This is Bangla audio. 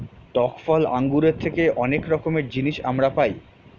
টক ফল আঙ্গুরের থেকে অনেক রকমের জিনিস আমরা পাই